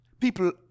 People